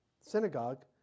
synagogue